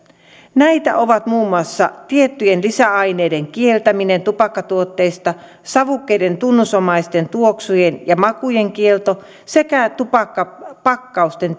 näitä ovat muun muassa tiettyjen lisäaineiden kieltäminen tupakkatuotteista savukkeiden tunnusomaisten tuoksujen ja makujen kielto sekä tupakkapakkausten